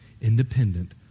independent